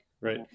Right